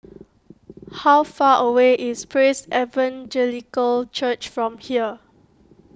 how far away is Praise Evangelical Church from here